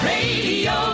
Radio